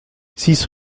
six